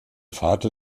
vater